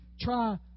try